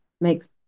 makes